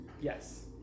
Yes